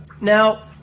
Now